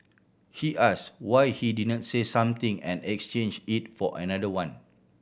he ask why he didn't say something and exchange it for another one